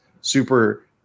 super